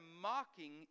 mocking